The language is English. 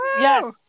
Yes